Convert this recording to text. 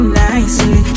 nicely